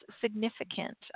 significant